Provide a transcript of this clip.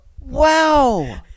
Wow